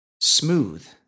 smooth